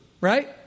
right